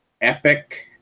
epic